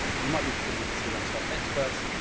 we might be forgiven, consider ourselves experts,